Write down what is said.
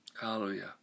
Hallelujah